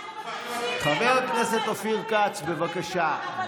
חבר הכנסת אופיר כץ, בבקשה.